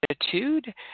attitude